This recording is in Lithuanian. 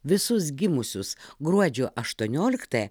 visus gimusius gruodžio aštuonioliktąją